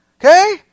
Okay